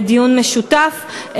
לדיון משותף.